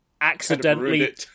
accidentally